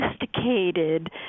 sophisticated